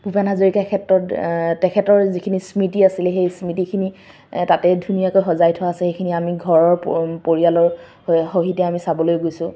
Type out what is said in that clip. ভূপেন হাজৰিকা ক্ষেত্ৰত তেখেতৰ যিখিনি স্মৃতি আছিলে সেই স্মৃতিখিনি তাতে ধুনীয়াকৈ সজাই থোৱা আছে সেইখিনি আমি ঘৰৰ পৰিয়ালৰ সহিতে আমি চাবলৈ গৈছোঁ